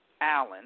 Allen